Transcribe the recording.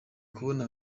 kubona